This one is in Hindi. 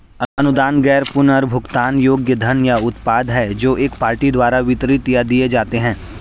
अनुदान गैर पुनर्भुगतान योग्य धन या उत्पाद हैं जो एक पार्टी द्वारा वितरित या दिए जाते हैं